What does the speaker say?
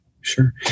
Sure